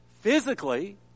physically